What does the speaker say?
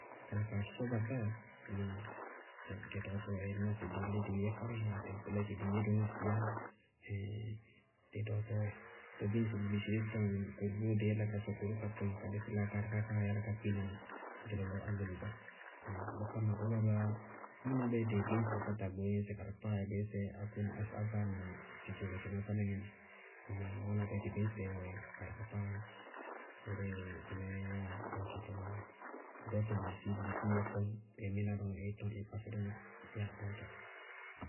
Kala kaa sɔ batáa. Ŋnáa? Tɔɔ dɩ dɔɔtɔɔyɛ ŋñná sɩ dɩí lí dɩí yɛ fáráhaŋ, dɩí bɛlɛkɩ dɩí yɛ dɔŋɔ siyá ɛhɛɛɛŋ dɩ dɔɔtɔɔyɛ. Tɔɔ bíɩ ŋsɩ dí tɔŋ kʋrʋ ró dɩí yála ka sɔkɔ ka tɔŋ ka lísí laákaarɩ ká kaáa kpína dɩ lɔlɔ ágolubá. Tɔɔ bʋká ma dɔɔba bá, mʋna bɛ dɩ bíñsɛ kpáta bʋʋ yɛ ŋsɩ karɩkpákpáá yɛ bíñsɛ áko na agbaáa sɩtooro na sɩnásá níŋɛ. Ŋnáa? Mʋ na bɛ dɩ bíñsɛ wɛ karɩkpákpáá wɩrí kpɩnɛ yáa dɩ dɔɔtɔ tɔmɔɔ yɛ. Dɔɔtɔ bisí ɩí tɔñ ɩí mína dɔŋɔ, ɩí tɔñ ɩí kpá fɛ dɔŋɔ yáa dɔɔtɔ.